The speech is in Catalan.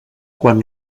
quan